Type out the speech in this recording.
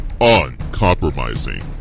Uncompromising